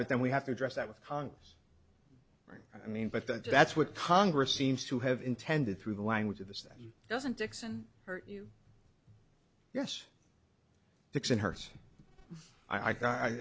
but then we have to address that with congress right i mean but that's what congress seems to have intended through the language of the senate doesn't dixon hurt you yes dixon hurts i